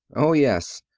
oh, yes!